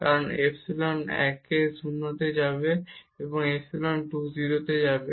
কারণ ইপসিলন 1 এবং ইপসিলন 2 0 হবে